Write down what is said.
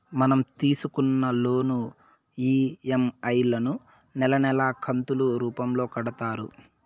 మనం తీసుకున్న loan EMI లను నెలా నెలా కంతులు రూపంలో కడతారు